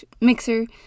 mixer